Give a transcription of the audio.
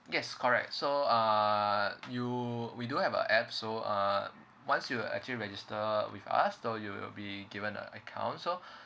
yes correct so uh you we do have a app so uh once you actually register with us so you will be given a account so